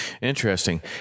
Interesting